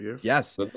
Yes